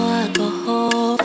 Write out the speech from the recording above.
alcohol